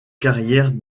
carrières